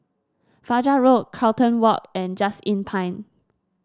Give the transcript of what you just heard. Fajar Road Carlton Walk and Just Inn Pine